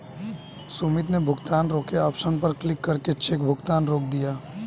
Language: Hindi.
सुमित ने भुगतान रोके ऑप्शन पर क्लिक करके चेक भुगतान रोक दिया